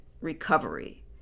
recovery